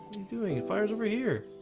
you doing it fires over here